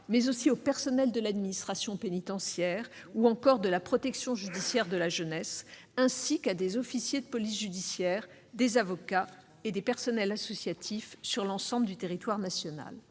mais aussi aux personnels de l'administration pénitentiaire ou encore de la protection judiciaire de la jeunesse, ainsi qu'à des officiers de police judiciaire, à des avocats et à des personnels associatifs, sur l'ensemble du territoire national.